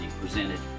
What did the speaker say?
presented